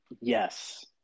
Yes